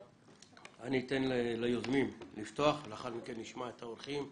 אני אתן ליוזמים לפתוח ולאחר מכן נשמע את האורחים,